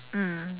mm